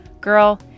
Girl